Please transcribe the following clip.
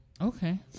Okay